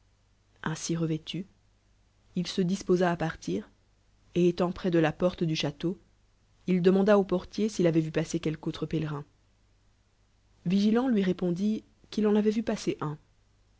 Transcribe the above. ainsi rev tn il se disposa à pal'tir et étant près de la porte du châleau il demanda au porlier s'il àvoit vu passer quelque autre pélcrin vigilant lui répoédit qu'il en avoit vu passèr un